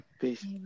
Peace